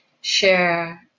share